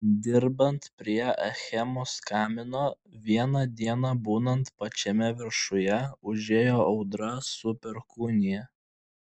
dirbant prie achemos kamino vieną dieną būnant pačiame viršuje užėjo audra su perkūnija